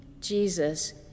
Jesus